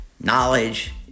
knowledge